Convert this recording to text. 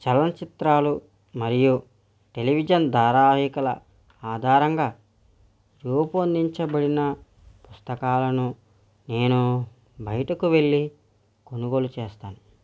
చలనచిత్రాలు మరియు టెలివిజన్ ధారావాహికల ఆధారంగా రూపొందించబడిన పుస్తకాలను నేను బయటకు వెళ్ళి కొనుగోలు చేస్తాను